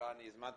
לא אני הזמנתי,